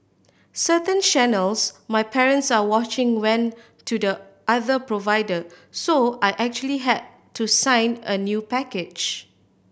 certain channels my parents are watching went to the other provider so I actually had to sign a new package